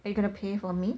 are you gonna pay for me